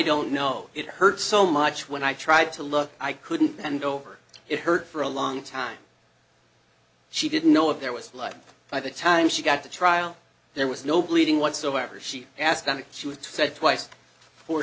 don't know it hurt so much when i tried to look i couldn't bend over it her for a long time she didn't know if there was life by the time she got to trial there was no bleeding whatsoever she asked and she was said twice for